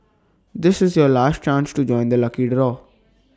this is your last chance to join the lucky the door